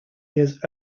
years